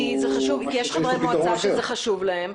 כי יש חברי מועצה שזה חשוב להם.